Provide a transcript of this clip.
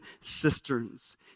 cisterns